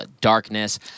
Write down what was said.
darkness